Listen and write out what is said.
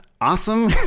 awesome